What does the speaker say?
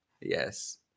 Yes